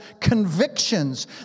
convictions